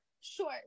sure